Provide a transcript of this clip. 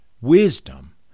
wisdom